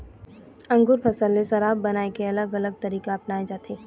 अंगुर फसल ले शराब बनाए के अलग अलग तरीका अपनाए जाथे